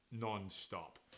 Non-stop